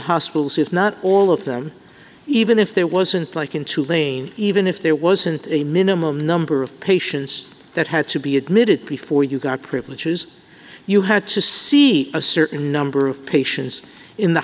hospitals if not all of them even if there wasn't like into lane even if there wasn't a minimum number of patients that had to be admitted before you got privileges you had to see a certain number of patients in the